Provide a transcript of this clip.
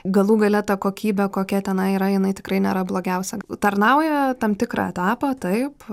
galų gale ta kokybė kokia tenai yra jinai tikrai nėra blogiausia tarnauja tam tikrą etapą taip